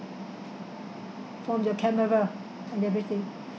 from your camera and everything